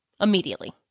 Immediately